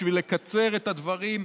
בשביל לקצר את הדברים,